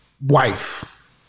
wife